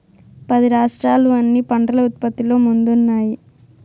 పది రాష్ట్రాలు అన్ని పంటల ఉత్పత్తిలో ముందున్నాయి